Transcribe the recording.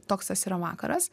toks tas yra vakaras